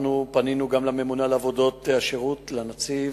פנינו גם לממונה על עבודות השירות, לנציב,